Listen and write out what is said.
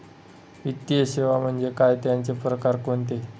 वित्तीय सेवा म्हणजे काय? त्यांचे प्रकार कोणते?